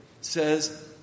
says